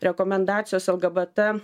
rekomendacijos lgbt